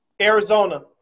Arizona